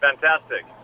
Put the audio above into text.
Fantastic